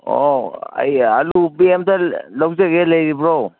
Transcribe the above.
ꯑꯧ ꯑꯩ ꯑꯥꯜꯂꯨ ꯕꯦꯒ ꯑꯝꯇ ꯂꯧꯖꯒꯦ ꯂꯩꯔꯤꯕ꯭ꯔꯣ